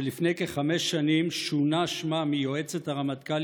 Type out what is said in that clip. שלפני כחמש שנים שונה שמה מיועצת הרמטכ"ל